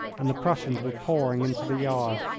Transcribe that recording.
and the prussians were pouring into the yard.